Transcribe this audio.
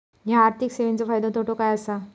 हया आर्थिक सेवेंचो फायदो तोटो काय आसा?